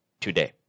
today